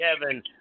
Kevin